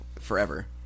forever